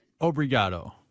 Obrigado